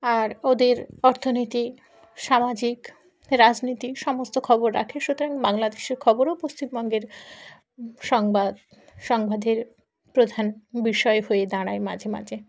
আর ওদের অর্থনীতি সামাজিক রাজনীতি সমস্ত খবর রাখে সুতরাং বাংলাদেশের খবরও পশ্চিমবঙ্গের সংবাদ সংবাদের প্রধান বিষয় হয়ে দাঁড়ায় মাঝে মাঝে